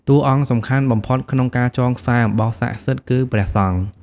តួអង្គសំខាន់បំផុតក្នុងការចងខ្សែអំបោះស័ក្តិសិទ្ធិ គឺព្រះសង្ឃ។